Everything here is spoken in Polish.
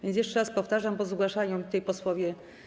Więc jeszcze raz powtarzam, bo zgłaszają mi posłowie.